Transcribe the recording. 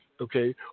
okay